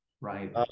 Right